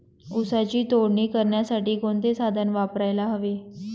ऊसाची तोडणी करण्यासाठी कोणते साधन वापरायला हवे?